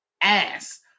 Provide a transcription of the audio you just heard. ass